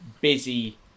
busy